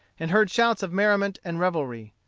and heard shouts of merriment and revelry.